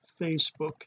Facebook